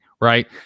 right